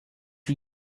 you